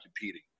competing